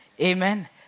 Amen